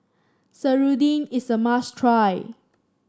serunding is a must try